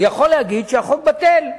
והוא יכול להגיד שהחוק בטל.